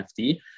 NFT